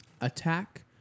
Attack